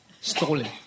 stolen